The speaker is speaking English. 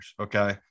okay